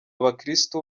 abakiristu